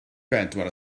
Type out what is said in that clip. bedwar